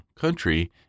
country